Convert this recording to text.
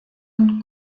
und